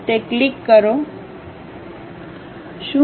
તે ક્લિક કરો તે કરો